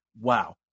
wow